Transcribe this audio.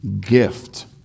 gift